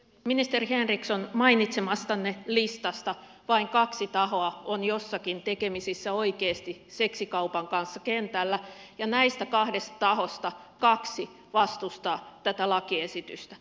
ministeri henriksson mainitsemastanne listasta vain kaksi tahoa on oikeasti jossakin tekemisissä seksikaupan kanssa kentällä ja näistä kahdesta tahosta kaksi vastustaa tätä lakiesitystä